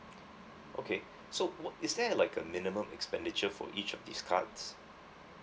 okay so what is there like a minimum expenditure for each of these cards